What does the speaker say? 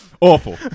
Awful